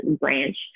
branch